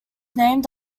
named